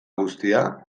guztia